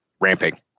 ramping